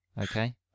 Okay